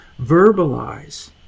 verbalize